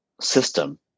system